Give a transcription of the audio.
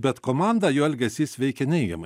bet komandą jo elgesys veikia neigiamai